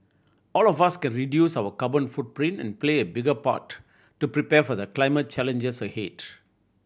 all of us can reduce our carbon footprint and play a big part to prepare for the climate challenges